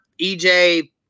ej